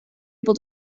able